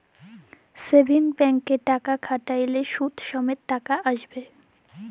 savings ব্যাংকে টাকা খ্যাট্যাইলে সুদ সমেত টাকা আইসে